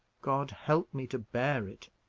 god help me to bear it!